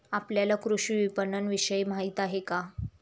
आपल्याला कृषी विपणनविषयी माहिती आहे का?